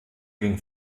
ging